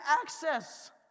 access